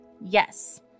Yes